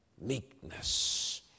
meekness